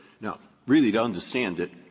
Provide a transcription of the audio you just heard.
now, really, to understand it,